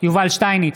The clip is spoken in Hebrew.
יובל שטייניץ,